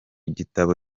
gitabo